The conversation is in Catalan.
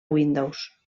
windows